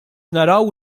naraw